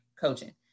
coaching